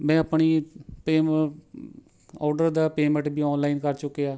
ਮੈਂ ਆਪਣੀ ਪੈਮ ਆਰਡਰ ਦਾ ਪੇਮੈਂਟ ਵੀ ਆਨਲਾਈਨ ਕਰ ਚੁੱਕਿਆ